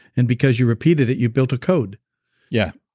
and because you repeated it you built a code yeah.